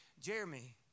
Jeremy